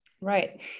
Right